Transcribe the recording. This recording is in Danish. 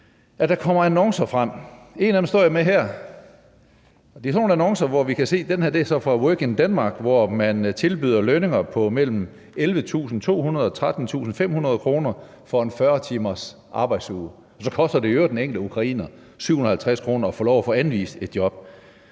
der kommer annoncer frem om det. En af dem står jeg med her, og det er sådan nogle annoncer, hvor man – den her er så fra Work in Denmark – tilbyder lønninger på mellem 11.200 kr. og 13.500 kr. for en 40 timers arbejdsuge, og så koster det i øvrigt den enkelte ukrainer 750 kr. at få lov til at få anvist et job.